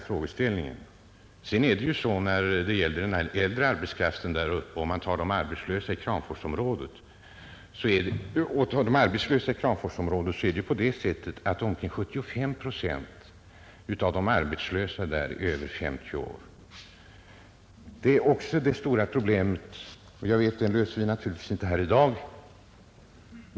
Beträffande den äldre arbetskraften vill jag säga att omkring 75 procent av de arbetslösa i Kramforsområdet är över 50 år. Det är också ett stort problem, och det löser vi naturligtvis inte här i dag.